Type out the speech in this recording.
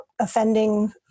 offending